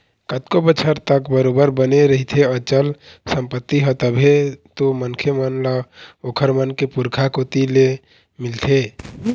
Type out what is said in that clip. कतको बछर तक बरोबर बने रहिथे अचल संपत्ति ह तभे तो मनखे मन ल ओखर मन के पुरखा कोती ले मिलथे